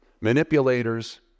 manipulators